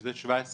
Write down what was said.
מזה 17 שנה,